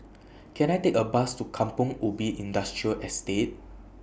Can I Take A Bus to Kampong Ubi Industrial Estate